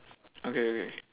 okay wait